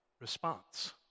response